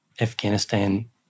Afghanistan